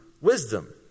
wisdom